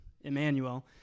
Emmanuel